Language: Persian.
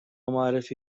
معرفی